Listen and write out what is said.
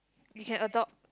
you can adopt